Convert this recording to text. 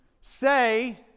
say